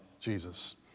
Jesus